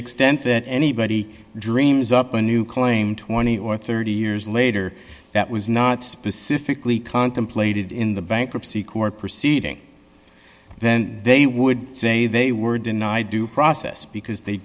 extent that anybody dreams up a new claim twenty or thirty years later that was not specifically contemplated in the bankruptcy court proceeding then they would say they were denied due process because they